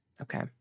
Okay